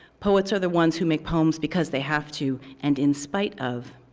poets are the ones who make poems, because they have to and in spite of.